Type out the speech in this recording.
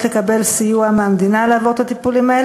התשע"ד,